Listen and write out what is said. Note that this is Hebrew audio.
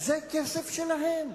זה כסף שלהם.